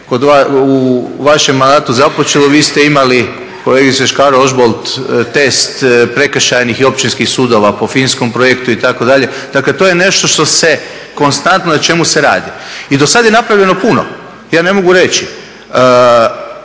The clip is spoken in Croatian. u vašem mandatu započelo, vi ste imali kolegice Škare Ožbolt test prekršajnih i općinskih sudova po finskom projektu itd. dakle to je nešto na čemu se konstantno radi. I do sada je napravljeno puno, ja ne mogu reći